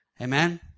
Amen